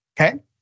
okay